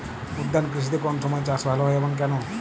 উদ্যান কৃষিতে কোন সময় চাষ ভালো হয় এবং কেনো?